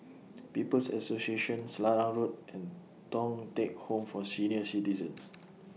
People's Association Selarang Road and Thong Teck Home For Senior Citizens